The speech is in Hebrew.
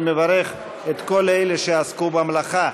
אני מברך את כל אלה שעסקו במלאכה.